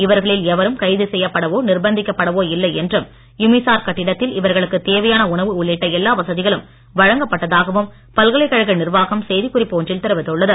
இவர்களில் எவரும் கைது செய்யப்படவோ நிர்பந்திக்கப்படவோ இல்லை என்றும் யுமிசார்க் கட்டிடத்தில் இவர்களுக்கு தேவையான உணவு உள்ளிட்ட எல்லா வசதிகளும் வழங்கப்பட்டதாகவும் பல்கலைக் கழக நிர்வாகம் செய்தி குறிப்பு ஒன்றில் தெரிவித்துள்ளது